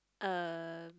um